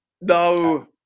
No